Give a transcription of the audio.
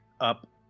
up